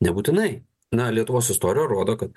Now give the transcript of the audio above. nebūtinai na lietuvos istorija rodo kad